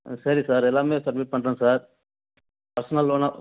சரி சார் எல்லாமே சப்மிட் பண்ணுறேன் சார் பர்ஷனல் லோனாக